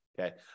okay